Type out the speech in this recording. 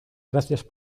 gracias